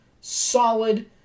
solid